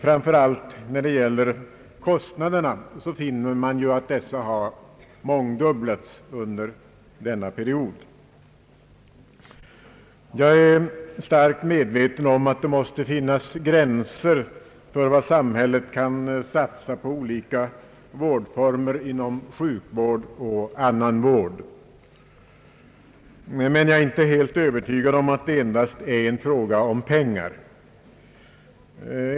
Framför allt när det gäller kostnaderna finner man att dessa har mångdubblats under denna period. Jag är starkt medveten om att det måste finnas gränser för vad samhället kan satsa på olika vårdformer inom sjukvård och annan vård, men jag är inte helt övertygad om att det endast är en fråga om pengar.